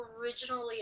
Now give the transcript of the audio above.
originally